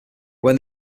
when